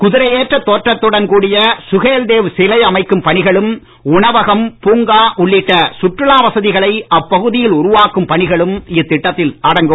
குதிரையேற்றத் தோற்றத்துடன் கூடிய சுஹேல்தேவ் சிலை அமைக்கும் பணிகளும் உணவகம் பூங்கா உள்ளிட்ட சுற்றுலா வசதிகளை அப்பகுதியில் உருவாக்கும் பணிகளும் இத்திட்டத்தில் அடங்கும்